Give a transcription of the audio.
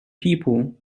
people